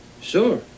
Sure